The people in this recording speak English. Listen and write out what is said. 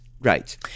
right